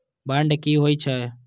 Bond की होई छै?